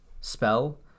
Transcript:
spell